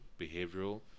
behavioral